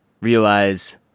realize